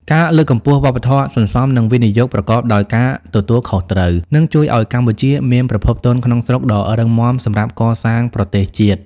ការលើកកម្ពស់វប្បធម៌សន្សំ និងវិនិយោគប្រកបដោយការទទួលខុសត្រូវ នឹងជួយឱ្យកម្ពុជាមានប្រភពទុនក្នុងស្រុកដ៏រឹងមាំសម្រាប់កសាងប្រទេសជាតិ។